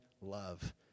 love